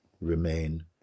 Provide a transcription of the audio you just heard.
remain